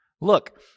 look